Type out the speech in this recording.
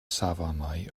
safonau